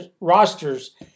rosters